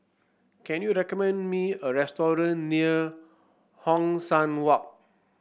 can you recommend me a restaurant near Hong San Walk